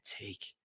take